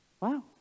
Wow